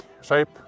shape